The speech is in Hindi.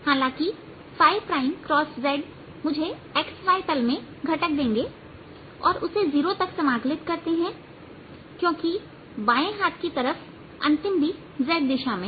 हालांकि z मुझे xy तल में घटक देंगे और उसे जीरो तक समाकलित करते हैं क्योंकि बाएं हाथ की तरफ अंतिम B z दिशा में है